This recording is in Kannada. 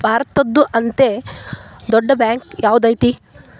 ಭಾರತದ್ದು ಅತೇ ದೊಡ್ಡ್ ಬ್ಯಾಂಕ್ ಯಾವ್ದದೈತಿ?